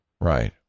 Right